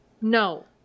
No